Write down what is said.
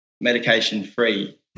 medication-free